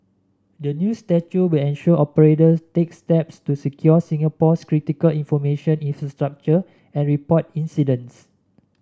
the new statute will ensure operators take steps to secure Singapore's critical information infrastructure and report incidents